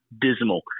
Dismal